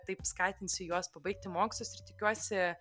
taip skatinsiu juos pabaigti mokslus ir tikiuosi